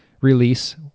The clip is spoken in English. release